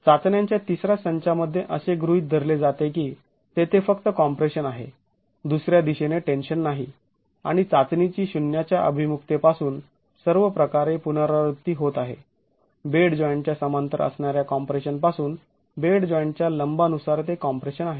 चाचण्यांच्या तिसऱ्या संचामध्ये असे गृहीत धरले जाते की तेथे फक्त कॉम्प्रेशन आहे दुसर्या दिशेने टेन्शन नाही आणि चाचणीची शून्याच्या अभिमुखतेपासून सर्व प्रकारे पुनरावृत्ती होत आहे बेड जॉईंटच्या समांतर असणाऱ्या कॉम्प्रेशन पासून बेड जॉईंटच्या लंबानुसार ते कॉम्प्रेशन आहे